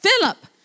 Philip